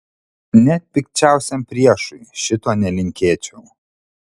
net pikčiausiam priešui šito nelinkėčiau